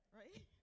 right